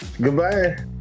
Goodbye